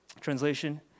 Translation